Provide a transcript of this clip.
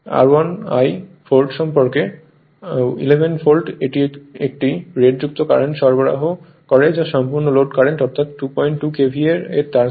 সুতরাং R1I Volt সম্পর্কে 11 Volt একটি রেটযুক্ত কারেন্ট সরবরাহ করে যা সম্পূর্ণ লোড কারেন্ট অর্থাৎ 22 KVA এর ট্রান্সফরমার